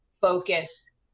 focus